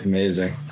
Amazing